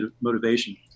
motivation